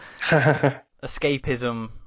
escapism